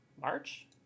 March